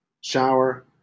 Shower